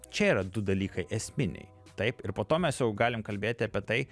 čia yra du dalykai esminiai taip ir po to mes jau galim kalbėti apie tai